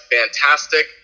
fantastic